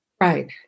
Right